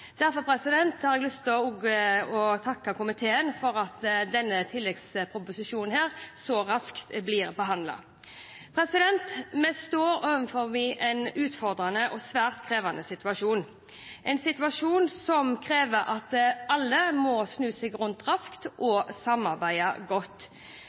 Derfor har jeg også lyst til å takke komiteen for at denne tilleggsproposisjonen blir behandlet så raskt. Vi står overfor en utfordrende og svært krevende situasjon, en situasjon som krever at alle må snu seg rundt raskt og samarbeide godt.